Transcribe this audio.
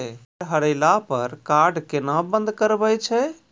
Card हेरैला पर card केना बंद करबै छै?